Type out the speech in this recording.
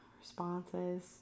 responses